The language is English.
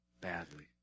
badly